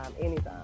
anytime